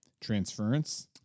Transference